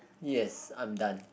yes I'm done